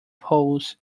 poles